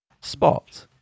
Spot